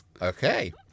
Okay